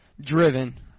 Driven